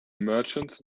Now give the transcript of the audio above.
merchants